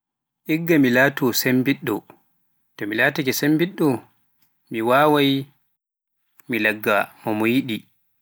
Igga mi laato sembiɗɗo, so mi sembiɗɗo mi wawaai mi lagga mo yiɗi.